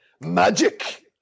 magic